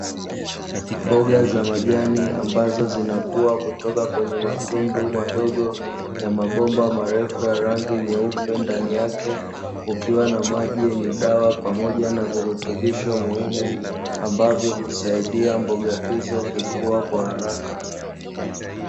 Mboga za majani ambazo zinakua kutoka kwenye matundu madogo ya mabomba marefu ya rangi nyeupe, ndani yake kukiwa na maji yenye dawa pamoja na virutubisho muhimu ambavyo husaidia mboga hizo kukua kwa haraka.